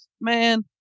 man